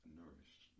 nourished